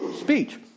speech